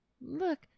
Look